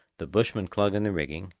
the bushmen clung in the rigging,